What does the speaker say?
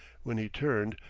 when he turned,